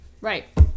right